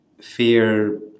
fear